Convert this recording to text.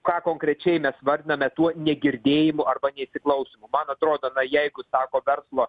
ką konkrečiai mes vardiname tuo negirdėjimu arba neįsiklausimu man atrodo jeigu sako verslo